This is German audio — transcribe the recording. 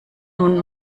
nun